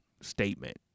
statement